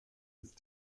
ist